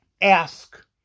ask